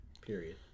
period